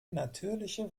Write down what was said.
natürliche